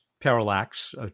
parallax